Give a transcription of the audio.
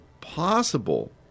possible